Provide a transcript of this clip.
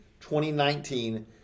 2019